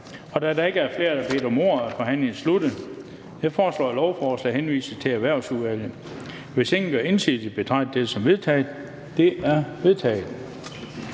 Da der ikke er flere, der har bedt om ordet, er forhandlingen sluttet. Jeg foreslår, at lovforslaget henvises til Erhvervsudvalget. Hvis ingen gør indsigelse, betragter jeg dette som vedtaget. Det er vedtaget.